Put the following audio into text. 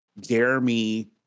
Jeremy